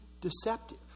deceptive